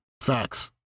Facts